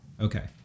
Okay